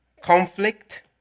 conflict